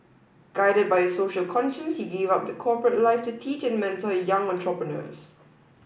guided by a social conscience he gave up the corporate life to teach and mentor young entrepreneurs